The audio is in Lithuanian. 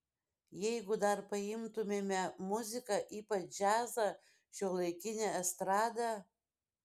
jeigu dar paimtumėme muziką ypač džiazą šiuolaikinę estradą